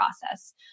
process